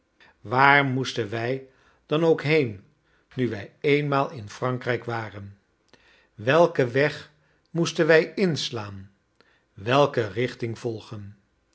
waar moesten wij dan ook heen nu wij eenmaal in frankrijk waren welken weg moesten wij inslaan welke richting volgen